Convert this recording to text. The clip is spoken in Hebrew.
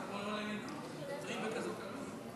קצת לשמור, של הכנסת.